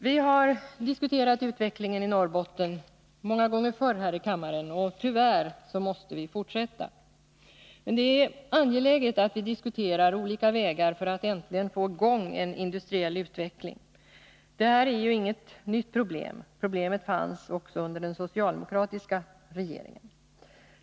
Vi har diskuterat utvecklingen i Norrbotten många gånger förr här i kammaren, och tyvärr måste vi fortsätta med det. Det är angeläget att vi diskuterar olika vägar för att äntligen få i gång en industriell utveckling. Det här är ju inget nytt problem, utan problemet fanns också under den socialdemokratiska regeringens tid.